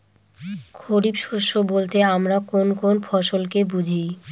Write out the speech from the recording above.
খরিফ শস্য বলতে আমরা কোন কোন ফসল কে বুঝি?